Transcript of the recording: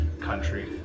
country